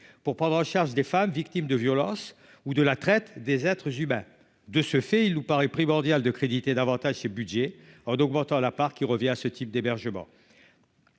pour prendre en charge des femmes victimes de violences ou de la traite des être s'humains, de ce fait, il nous paraît primordial de créditer davantage ses Budgets, en augmentant la part qui revient à ce type d'hébergement.